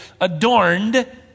adorned